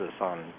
on